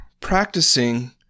practicing